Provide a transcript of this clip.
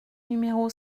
numéro